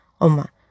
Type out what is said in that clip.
Oma